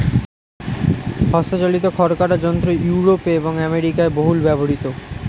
হস্তচালিত খড় কাটা যন্ত্র ইউরোপে এবং আমেরিকায় বহুল ব্যবহৃত